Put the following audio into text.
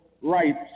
rights